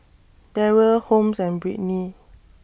Darryl Holmes and Brittney